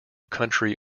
country